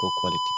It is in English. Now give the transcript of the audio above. quality